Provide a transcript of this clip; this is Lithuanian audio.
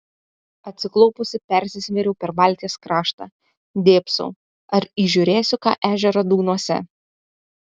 atsiklaupusi persisvėriau per valties kraštą dėbsau ar įžiūrėsiu ką ežero dugnuose